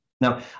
Now